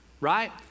right